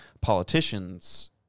politicians